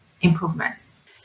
improvements